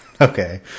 okay